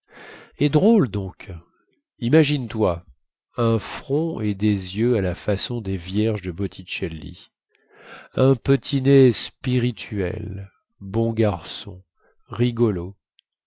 et drôle donc imagine toi un front et des yeux à la façon des vierges de botticelli un petit nez spirituel bon garçon rigolo